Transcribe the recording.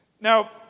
Now